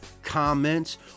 comments